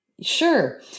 Sure